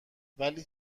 ولی